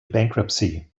bankruptcy